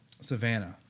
savannah